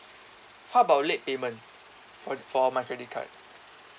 how about late payment for for my credit card